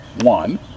One